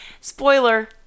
Spoiler